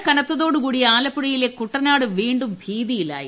മഴ കനത്തോടുകൂടി ആലപ്പുഴയിലെ കുട്ടനാട് വീണ്ടും ഭീതിയിലായി